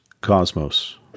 cosmos